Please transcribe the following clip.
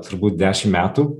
turbūt dešim metų